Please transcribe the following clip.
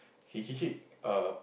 he he keep err